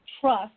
trust